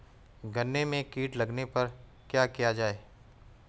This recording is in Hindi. गन्ने में कीट लगने पर क्या किया जाये?